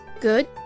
Good